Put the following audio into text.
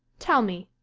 tell me,